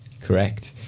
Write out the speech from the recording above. Correct